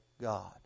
God